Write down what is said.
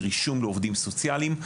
זה רישום לעובדים סוציאליים.